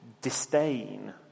disdain